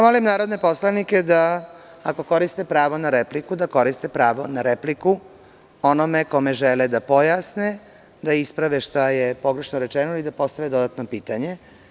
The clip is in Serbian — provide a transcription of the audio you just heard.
Molim narodne poslanike da ako koriste pravo na repliku da koriste pravo na repliku onome kome žele da pojasne, da isprave šta je pogrešno rečeno i da postave dodatno pitanje.